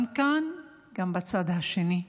גם כאן, גם בצד השני,